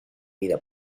vida